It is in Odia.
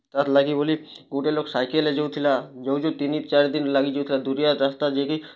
ତାର୍ ଲାଗି ବୋଲି ଗୋଟେ ଲୋକ୍ ସାଇକେଲ୍ରେ ଯାଉ ଥିଲା ଯାଉ ଯାଉ ତିନି ଚାରି ଦିନ୍ ଲାଗି ଯାଉ ଥିଲା ଦୂରିଆ ରାସ୍ତା ଯିଏ କି